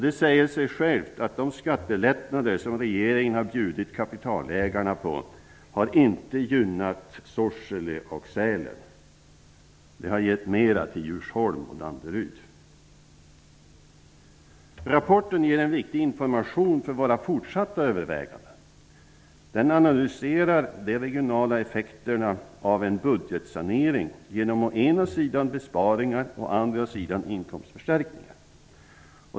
Det säger sig självt att de skattelättnader som regeringen har bjudit kapitalägarna på inte har gynnat Sorsele och Sälen. De har gett mer till Rapporten ger en viktig information för våra fortsatta överväganden. Den analyserar de regionala effekterna av en budgetsanering genom å ena sidan besparingar och å andra sidan inkomstförstärkningar.